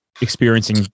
experiencing